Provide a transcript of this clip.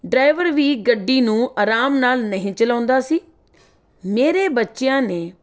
driver ਵੀ ਗੱਡੀ ਨੂੰ ਆਰਾਮ ਨਾਲ ਨਹੀਂ ਚਲਾਉਂਦਾ ਸੀ ਮੇਰੇ ਬੱਚਿਆਂ ਨੇ